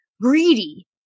greedy